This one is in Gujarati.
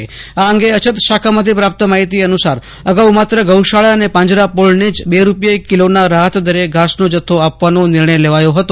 વાઆ અંગે અછત શાખામાંથી પ્રાપ્ત માહિતી અનુસાર અગાઉ માત્ર ગૌશાળા અને પાંજરાપોળને જ બે રૂપીયે કીલોના રાહતદરે ઘાસનો જથ્થો આપવાનો નિર્ણય લેવાયો હતો